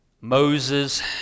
Moses